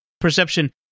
perception